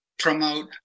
Promote